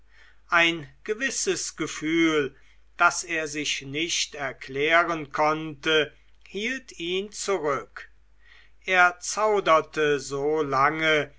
ein gewisses gefühl das er sich nicht erklären konnte hielt ihn zurück er zauderte so lange